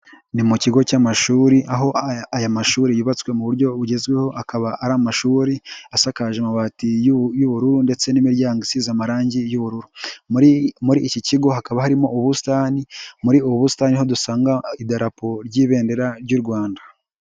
Ni mu kigo cy'amashuri, aho aya mashuri yubatswe mu buryo bugezweho, akaba ari amashuri asakaje amabati y'ubururu ndetse n'imiryango isize amarangi y'ubururu. Muri iki kigo hakaba harimo ubusitani, muri ubu busitani aho dusanga idarapo ry'ibendera ry'u Rwanda.